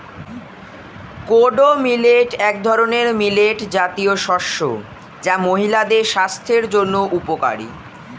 kodo millet এক ধরনের millet জাতীয় শস্য যা মহিলাদের স্বাস্থ্যের জন্য উপকারী